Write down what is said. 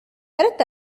أردت